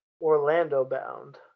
Orlando-bound